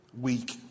week